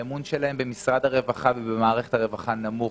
האמון שלהם במשרד הרווחה ובמערכת הרווחה נמוך.